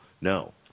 no